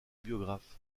biographes